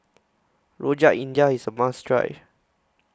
Rojak India IS A must Try